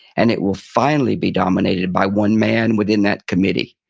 and it will finally be dominated by one man within that committee.